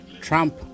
Trump